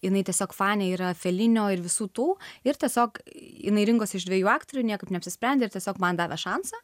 jinai tiesiog fanė yra felinio ir visų tų ir tiesiog jinai rinkosi iš dviejų aktorių niekaip neapsisprendė ar tiesiog man davė šansą